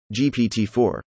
GPT-4